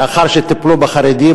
לאחר שטיפלו בחרדים,